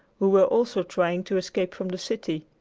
who were also trying to escape from the city.